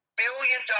billion